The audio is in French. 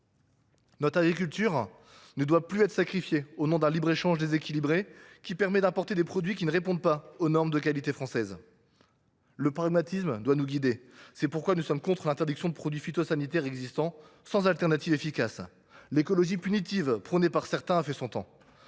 Notre agriculture ne doit plus être sacrifiée au nom d’un libre échange déséquilibré qui nous conduit à importer des produits ne répondant pas aux normes de qualité françaises. Le pragmatisme doit nous guider. C’est pourquoi nous sommes contre l’interdiction de produits phytosanitaires existants sans solutions de substitution efficaces. L’écologie punitive, prônée par certains, a fait son temps